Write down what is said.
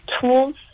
tools